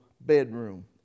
bedroom